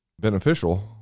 beneficial